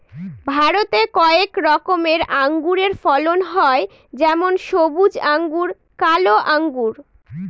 ভারতে কয়েক রকমের আঙুরের ফলন হয় যেমন সবুজ আঙ্গুর, কালো আঙ্গুর